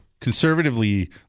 Conservatively